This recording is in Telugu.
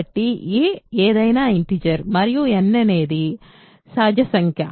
కాబట్టి a ఏదైనా ఇంటిజర్ మరియు n అనేది సహజనాచురల్ సంఖ్య